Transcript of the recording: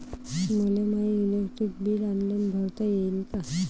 मले माय electric bill online भरता येईन का?